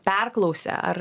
perklausė ar